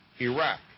Iraq